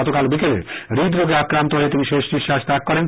গতকাল বিকেলে হৃদরোগে আক্রান্ত হয়ে তিনি শেষ নিশ্বাস ত্যাগ করেন